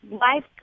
Life